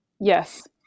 Yes